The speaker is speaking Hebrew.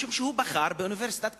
משום שהוא בחר באוניברסיטת קהיר.